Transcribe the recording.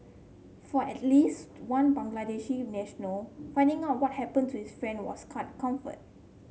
for at least one Bangladeshi national finding out what happened to his friend was scant comfort